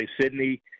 Sydney